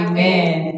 Amen